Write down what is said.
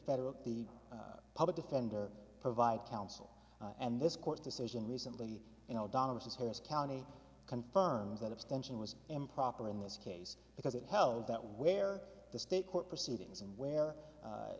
federal the public defender provide counsel and this court decision recently you know dollars harris county confirms that abstention was improper in this case because it held that where the state court proceedings and where